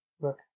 Look